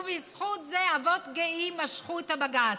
ובזכות זה אבות גאים משכו את הבג"ץ.